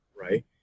right